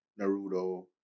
Naruto